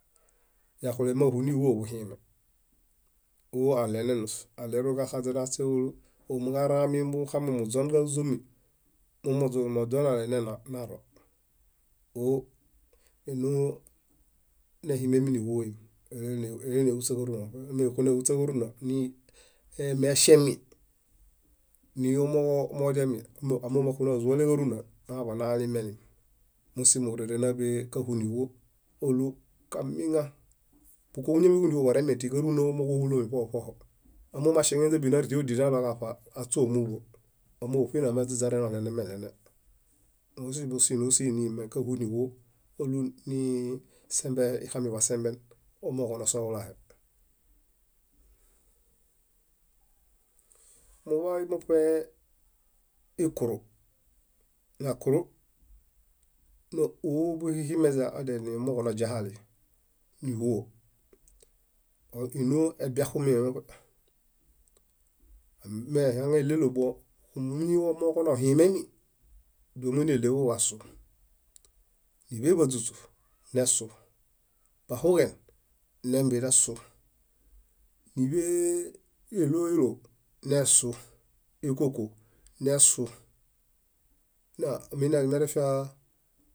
Yaxule máxuniɦuo buhime óaɭenelus aɭeruġaxaźen aśeúlu úlu ómiġaraami muxamimuźon ġázomi moźonale nena naro óenonehimemi níɦuem elanehuśaġáruna mexunehuśaġáruna mieŝemi niomooġomodiami omooġo moxunozuale káruna nañaḃinaalimelim musimo óerenaḃee káhuiniɦuo ólu kamiaŋa, búkoġuñanemedu kooremeŋ timi kárunameme amooġo maŝieŋenindebi náɽiodel alo nalokaṗa aśõomuḃo omooġofihi nolemeźaźare noɭeneɭene moźumbusi nimeŋ káhuiniḃuo oluixamiḃaisembe omooġo nosohulahe muḃamoṗe ikuru obuhihimeźe adiaomooġomoźiahali níɦuo énoebiaxumiem meñaɭelo bomiomooġo nohimemi, dómoneɭeġu kasũ níḃebaźuŝu nesũ, bahuŋen nembienesũ, níɭoelo, nesũ, ékoko nesũ naminearemerefia